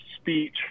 speech